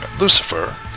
Lucifer